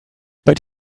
but